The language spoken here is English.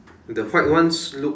the white ones look